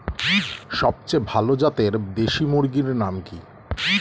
সবচেয়ে ভালো জাতের দেশি মুরগির নাম কি?